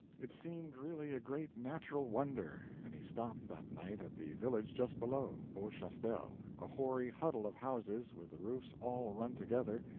it seemed really a great natural wonder, and he stopped that night at the village just below, beauchastel, a hoary huddle of houses with the roofs all run together,